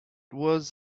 was